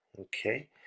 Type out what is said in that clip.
okay